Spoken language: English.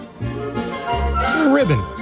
Ribbon